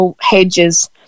hedges